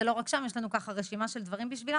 זה לא רק שם, יש לנו ככה רשימה של דברים בשבילן.